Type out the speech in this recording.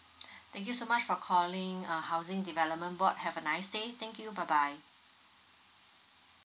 thank you so much for calling uh housing development board have a nice day thank you bye bye